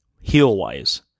Heel-wise